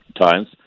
times